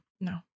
No